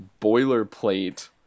boilerplate